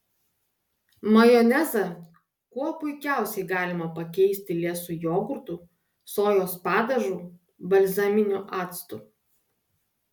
majonezą kuo puikiausiai galima pakeisti liesu jogurtu sojos padažu balzaminiu actu